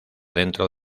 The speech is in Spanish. dentro